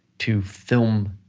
to film